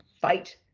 fight